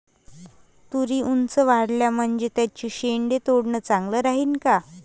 तुरी ऊंच वाढल्या म्हनजे त्याचे शेंडे तोडनं चांगलं राहीन का?